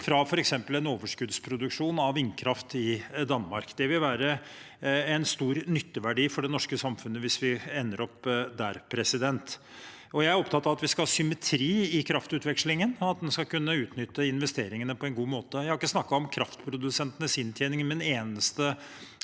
fra f.eks. en overskuddsproduksjon av vindkraft i Danmark. Det vil være en stor nytteverdi for det norske samfunnet hvis vi ender opp der. Jeg er opptatt av at vi skal ha symmetri i kraftutvekslingen, og at en skal kunne utnytte investeringene på en god måte. Jeg har ikke snakket om kraftprodusentenes inntjening med en eneste